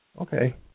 Okay